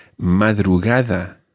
madrugada